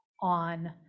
on